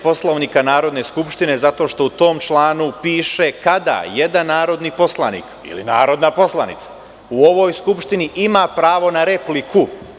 Poslovnika Narodne skupštine, zato što u tom članu piše kada jedan narodni poslanik ili narodna poslanica u ovoj Skupštini ima pravo na repliku.